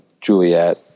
Juliet